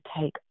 take